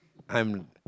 I'm